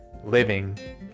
living